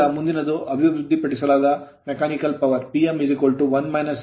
ಈಗ ಮುಂದಿನದು ಅಭಿವೃದ್ಧಿಪಡಿಸಲಾದ Mechanical power ಯಾಂತ್ರಿಕ ಶಕ್ತಿ Pm 1 - s PG